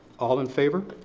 all in favor?